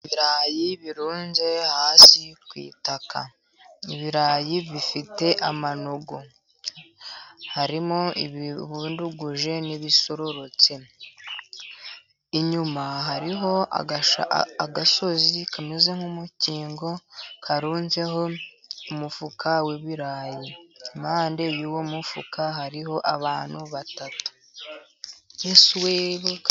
Ibirayi birunze hasi ku itaka. Ibirayi bifite amanogo harimo ibibunduguje n'ibisorotse, inyuma hariho agasozi kameze nk'umukingo karunzeho umufuka w'ibirayi, impande y'uwo mufuka hariho abantu batatu.